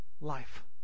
life